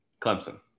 Clemson